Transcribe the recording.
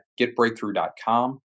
getbreakthrough.com